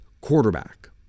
quarterback